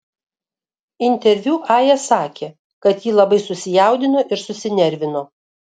interviu aja sakė kad ji labai susijaudino ir susinervino